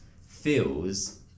feels